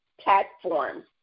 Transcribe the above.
platform